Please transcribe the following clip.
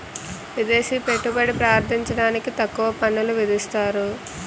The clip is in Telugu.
విదేశీ పెట్టుబడి ప్రార్థించడానికి తక్కువ పన్నులు విధిస్తారు